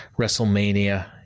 WrestleMania